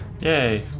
Yay